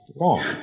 wrong